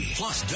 plus